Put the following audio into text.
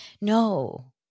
no